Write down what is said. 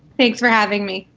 thanks for having me.